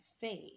faith